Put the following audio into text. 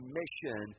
mission